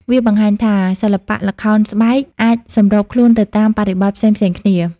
វាបង្ហាញថា សិល្បៈល្ខោនស្បែកអាចសម្របខ្លួនទៅតាមបរិបទផ្សេងៗគ្នា។